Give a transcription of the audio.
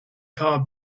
car